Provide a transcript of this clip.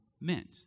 meant